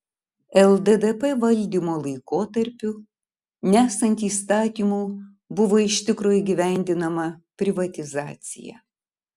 lddp valdymo laikotarpiu nesant įstatymų buvo iš tikro įgyvendinama privatizacija